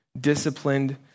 disciplined